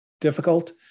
difficult